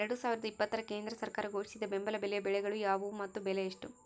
ಎರಡು ಸಾವಿರದ ಇಪ್ಪತ್ತರ ಕೇಂದ್ರ ಸರ್ಕಾರ ಘೋಷಿಸಿದ ಬೆಂಬಲ ಬೆಲೆಯ ಬೆಳೆಗಳು ಯಾವುವು ಮತ್ತು ಬೆಲೆ ಎಷ್ಟು?